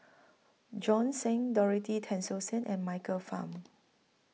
Bjorn Shen Dorothy Tessensohn and Michael Fam